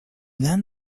then